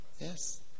Yes